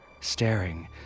staring